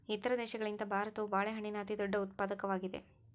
ಇತರ ದೇಶಗಳಿಗಿಂತ ಭಾರತವು ಬಾಳೆಹಣ್ಣಿನ ಅತಿದೊಡ್ಡ ಉತ್ಪಾದಕವಾಗಿದೆ